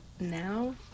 now